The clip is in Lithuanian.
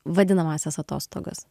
vadinamąsias atostogas